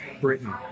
britain